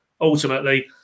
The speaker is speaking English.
ultimately